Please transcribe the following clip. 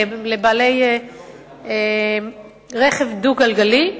לבעלי רכב דו-גלגלי,